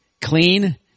clean